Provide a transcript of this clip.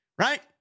right